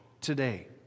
today